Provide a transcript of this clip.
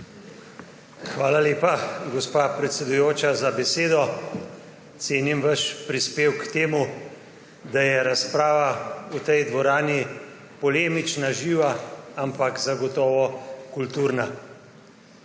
Hvala lepa, gospa predsedujoča, za besedo. Cenim vaš prispevek k temu, da je razprava v tej dvorani polemična, živa, ampak zagotovo kulturna.